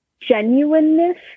Genuineness